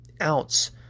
ounce